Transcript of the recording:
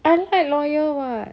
I like lawyer [what]